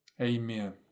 amen